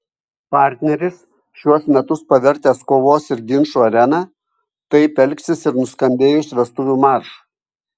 partneris šiuos metus pavertęs kovos ir ginčų arena taip elgsis ir nuskambėjus vestuvių maršui